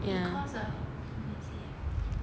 cause a noisy eh